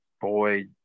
boy